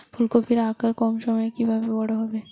ফুলকপির আকার কম সময়ে কিভাবে বড় হবে?